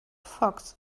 fox